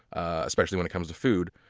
especially when it comes to food.